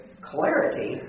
clarity